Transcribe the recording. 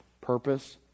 purpose